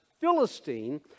Philistine